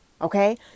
Okay